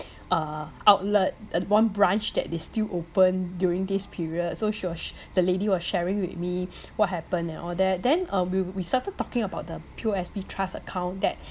uh outlet uh one branch that they still open during this period so she was the lady was sharing with me what happen and all that then uh we we started talking about the P_O_S_B trust account that